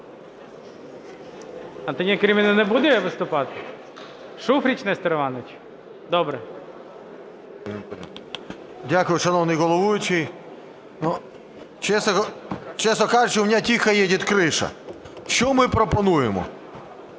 Дякую, шановний головуючий. Чесно кажучи, у меня тихо едет крыша. Що ми пропонуємо?